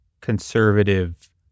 conservative